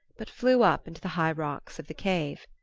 but flew up into the high rocks of the cave.